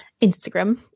Instagram